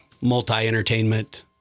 multi-entertainment